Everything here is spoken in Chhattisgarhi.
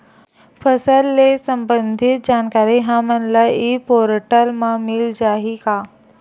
फसल ले सम्बंधित जानकारी हमन ल ई पोर्टल म मिल जाही का?